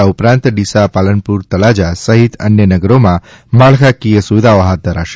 આ ઉપરાંત ડીસા પાલનપુર તળાજા સહિત અન્ય નગરોમાં માળખાકીય સુવિધાઓ હાથ ધરાશે